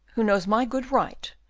who knows my good right,